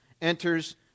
Enters